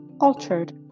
altered